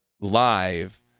live